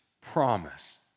promise